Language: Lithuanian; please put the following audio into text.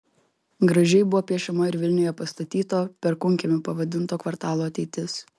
gražiai buvo piešiama ir vilniuje pastatyto perkūnkiemiu pavadinto kvartalo ateitis